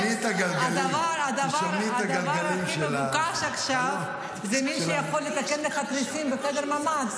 והדבר הכי מבוקש עכשיו זה מישהו שיכול לתקן לך תריסים בממ"ד,